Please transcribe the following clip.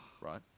Right